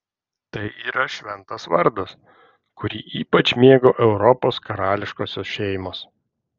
tai yra šventas vardas kurį ypač mėgo europos karališkosios šeimos